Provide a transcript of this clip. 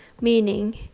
meaning